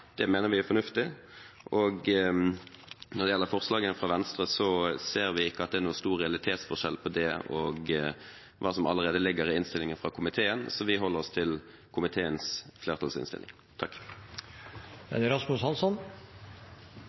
Det mener vi er fornuftig. Når det gjelder forslagene fra Venstre, ser vi ikke at det er noen stor realitetsforskjell mellom dem og hva som allerede ligger i innstillingen fra komiteen, så vi holder oss til komiteens flertallsinnstilling.